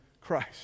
Christ